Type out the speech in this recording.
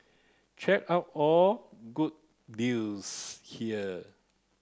check out all good deals here